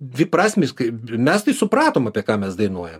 dviprasmis kaip mes tai supratom apie ką mes dainuojam